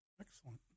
Excellent